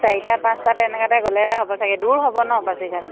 চাৰিটা পাঁচটা তেনেকুৱাতে গ'লেহে হ'ব চাগে দূৰ হ'ব নহ্ পাচিঘাট